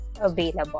available